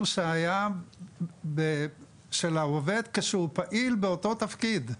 של העובד כשהוא פעיל באותו התפקיד.